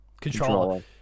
controller